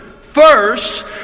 first